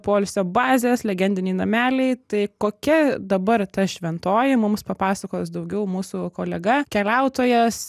poilsio bazės legendiniai nameliai tai kokia dabar ta šventoji mums papasakos daugiau mūsų kolega keliautojas